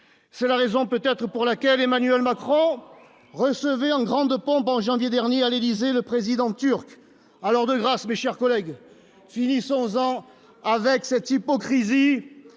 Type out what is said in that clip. c'est la raison peut-être pour laquelle Emmanuel Macron recevait en grande pompe en janvier dernier à l'Élysée, le président turc, alors de grâce, mes chers collègues, finissons-en avec cette hypocrisie,